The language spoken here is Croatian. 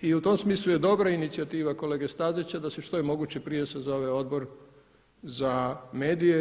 i u tom smislu je dobra inicijativa kolege Stazića da se što je moguće prije sazove Odbor za medije.